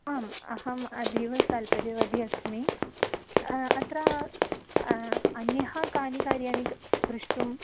आम् अहम् अदीव तत्पर्यवती अस्मि अत्र अन्यः कानि कार्याणि द्रष्टुं